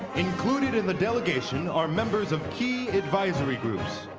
included in the delegation are members of key advisory groups.